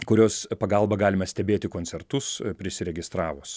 kurios pagalba galime stebėti koncertus prisiregistravus